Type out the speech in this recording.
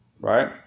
right